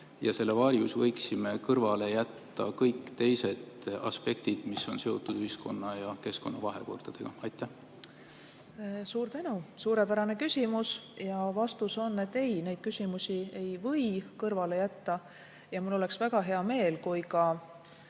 ja selle varjus jätame kõrvale kõik teised aspektid, mis on seotud ühiskonna ja keskkonna vahekorraga? Suur tänu, suurepärane küsimus! Vastus on, et ei, neid küsimusi ei või kõrvale jätta. Mul oleks väga hea meel, kui ka